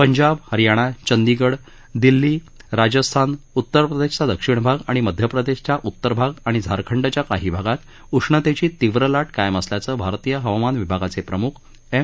पंजाब हरयाणा चंदीगड दिल्ली राजस्थान उत्तरप्रदेशचा दक्षिण भाग मध्यप्रदेशचा उत्तर भाग आणि झारखंडच्या काही भागात उष्णतेची तीव्र लाट कायम असल्याचं भारतीय हवामान विभागाचे प्रम्खा एम